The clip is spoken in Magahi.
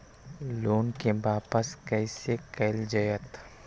लोन के वापस कैसे कैल जतय?